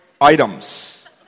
items